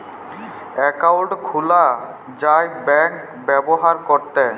account খুলা যায় bank ব্যাভার ক্যরতে